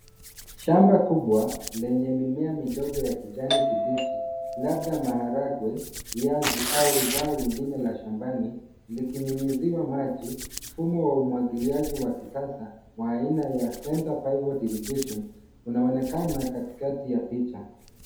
Shamba kubwa lenye mimea midogo ya kijani kibichi labda maharagwe, viazi au zao lingine la shambani likinyunyiziwa maji, mfumo wa umwagiliaji wa kisasa wa aina ya centre pivot irrigation unaonekana katikati ya picha.